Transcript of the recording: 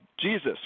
Jesus